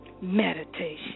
Meditation